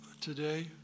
today